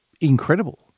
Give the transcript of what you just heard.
incredible